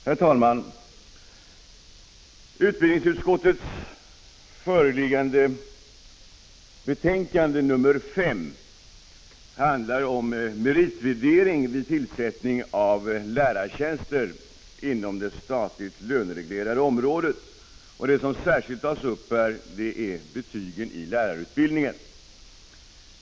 Herr talman! Utbildningsutskottets föreliggande betänkande nr 5 handlar om meritvärdering vid tillsättning av lärartjänster inom det statligt lönereglerade området. Det som särskilt tas upp är betygen i lärarutbildningen.